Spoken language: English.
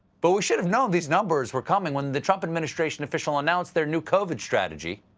but we should have known these numbers were coming when the trump administration official announced their new covid strategy.